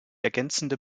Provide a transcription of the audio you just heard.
ergänzende